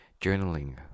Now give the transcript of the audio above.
Journaling